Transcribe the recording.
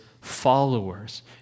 followers